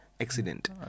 accident